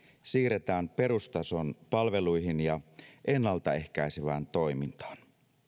siirretään perustason palveluihin ja ennaltaehkäisevään toimintaan